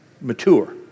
mature